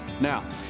Now